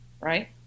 right